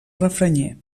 refranyer